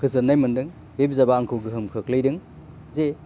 गोजोननाय मोन्दों बे बिजाबा आंखौ गोहोम खोख्लैदों जे